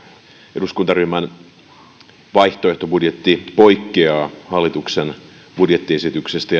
eduskuntaryhmän vaihtoehtobudjetti poikkeaa hallituksen budjettiesityksestä